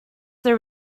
there